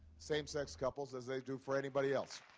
same-sex couples, as they do for anybody else.